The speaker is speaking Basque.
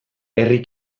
herri